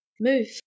Move